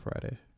friday